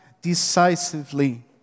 decisively